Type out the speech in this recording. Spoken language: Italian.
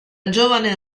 giovane